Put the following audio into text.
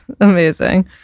amazing